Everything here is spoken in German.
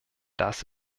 das